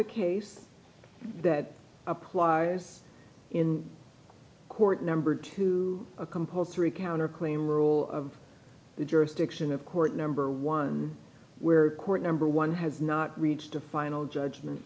a case that applies in court number two a compulsory counterclaim rule of the jurisdiction of court number one where court number one has not reached a final judgment